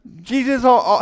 Jesus